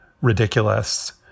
ridiculous